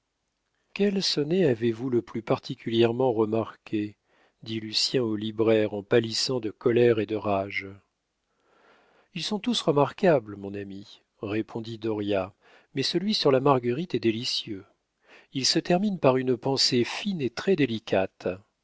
quel sonnet avez-vous le plus particulièrement remarqué dit lucien au libraire en pâlissant de colère et de rage ils sont tous remarquables mon ami répondit dauriat mais celui sur la marguerite est délicieux il se termine par une pensée fine et très délicate